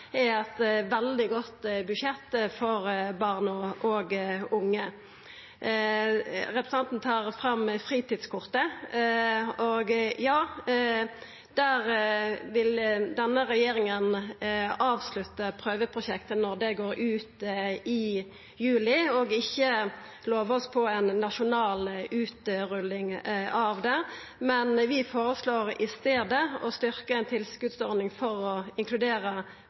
er eit veldig godt budsjett for barn og unge. Representanten trekkjer fram fritidskortet: Ja, der vil denne regjeringa avslutta prøveprosjektet når det går ut i juli, og ikkje lova ei nasjonal utrulling av det. Vi føreslår i staden å styrkja ei tilskotsordning for å inkludera